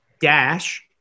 dash